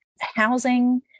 housing